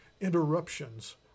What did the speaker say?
interruptions